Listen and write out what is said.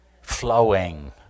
flowing